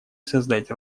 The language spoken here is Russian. создать